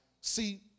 See